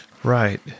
Right